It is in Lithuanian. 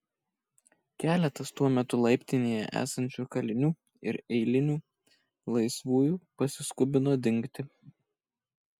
keletas tuo metu laiptinėje esančių kalinių ir eilinių laisvųjų pasiskubino dingti